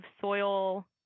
soil